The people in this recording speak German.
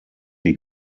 die